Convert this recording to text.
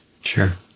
Sure